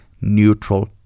neutral